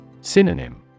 Synonym